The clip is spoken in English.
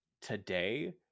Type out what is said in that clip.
today